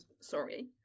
sorry